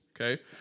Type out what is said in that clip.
okay